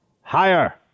higher